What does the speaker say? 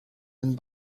and